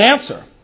answer